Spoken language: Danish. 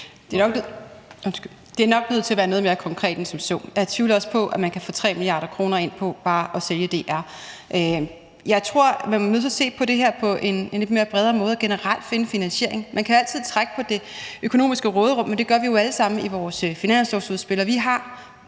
Det er nok nødt til at være noget mere konkret end som så. Jeg tvivler også på, at man kan få 3 mia. kr. ind ved bare at sælge DR. Jeg tror, at man er nødt til at se på det her på en lidt bredere måde og generelt finde finansiering. Man kan altid trække på det økonomiske råderum, men det gør vi jo alle sammen i vores finanslovsudspil, og vi har